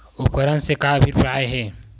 उपकरण से का अभिप्राय हे?